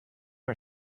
are